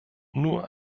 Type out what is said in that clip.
nur